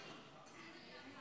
בקריאה